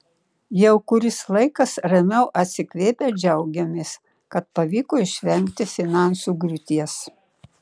jau kuris laikas ramiau atsikvėpę džiaugiamės kad pavyko išvengti finansų griūties